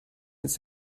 jetzt